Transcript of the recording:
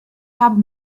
habe